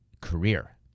career